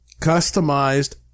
customized